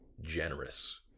generous